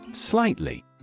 Slightly